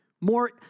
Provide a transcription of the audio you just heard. More